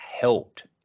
helped